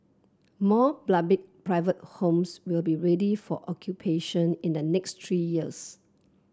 more private homes will be ready for occupation in the next three years